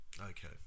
Okay